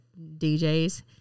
DJs